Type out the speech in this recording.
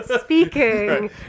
speaking